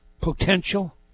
potential